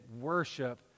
worship